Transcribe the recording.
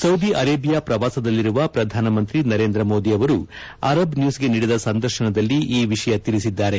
Saudi Arabia ಪ್ರವಾಸದಲ್ಲಿರುವ ಪ್ರಧಾನಮಂತ್ರಿ ಮೋದಿ ಅವರು ಅರಬ್ ನ್ಯೂಸ್ಗೆ ನೀಡಿದ ಸಂದರ್ಶನದಲ್ಲಿ ಈ ವಿಷಯ ತಿಳಿಸಿದ್ದಾರೆ